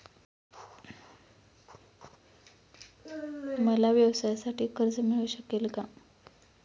मला व्यवसायासाठी कर्ज मिळू शकेल का?